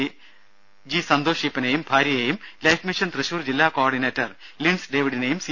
D G Santhosh ഈപ്പനെയും ഭാര്യയെയും life mission Thrissur ജില്ലാ കോ ഓർഡിനേറ്റർ ലിൻസ് ഡേവിഡിനെയും സി